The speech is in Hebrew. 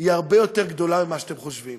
היא הרבה יותר גדולה ממה שאתם חושבים.